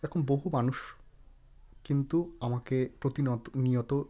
এরকম বহু মানুষ কিন্তু আমাকে প্রতিনত নিয়ত